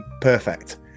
perfect